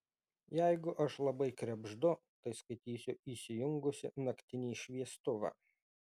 jeigu aš labai krebždu tai skaitysiu įsijungusi naktinį šviestuvą